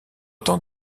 temps